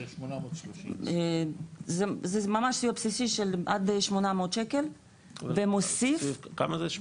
830. זה ממש סיוע בסיסי של עד 800 שקל ומוסיף --- כמה זה?